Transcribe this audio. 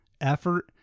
effort